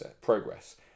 progress